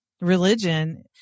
religion